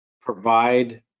provide